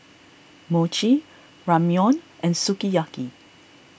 Mochi Ramyeon and Sukiyaki